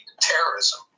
terrorism